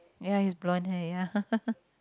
ya he's blonde hair ya